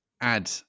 add